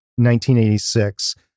1986